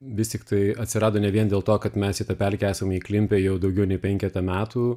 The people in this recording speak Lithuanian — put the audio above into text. vis tiktai atsirado ne vien dėl to kad mes į tą pelkę esam įklimpę jau daugiau nei penketą metų